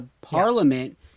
Parliament